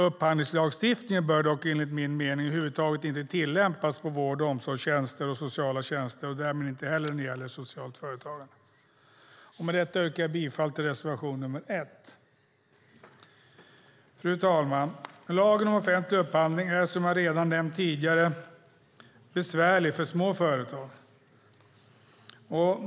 Upphandlingslagstiftningen bör dock, enligt min mening, över huvud taget inte tillämpas på vård och omsorgstjänster och sociala tjänster och därmed inte heller när det gäller socialt företagande. Med detta yrkar jag bifall till reservation nr 1. Fru talman! Lagen om offentlig upphandling är, som jag nämnt tidigare, besvärlig för små företag.